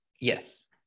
Yes